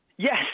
Yes